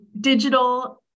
digital